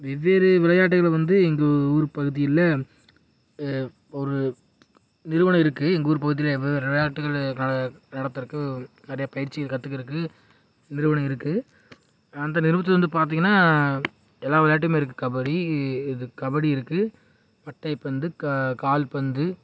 வெவ்வேறு விளையாட்டுகளில் வந்து எங்கள் ஊர் பகுதியில் ஒரு நிறுவனம் இருக்குது எங்கள் ஊர் பகுதியில் எப்பவும் விளையாட்டுகளை நட நடத்துகிறக்கு நிறைய பயிற்சிகள் கற்றுகிறக்கு நிறுவனம் இருக்குது அந்த நிறுவனத்திலேருந்து பார்த்தீங்கன்னா எல்லா விளையாட்டுமே இருக்குது கபடி இது கபடி இருக்குது மட்டைபந்து கா கால்பந்து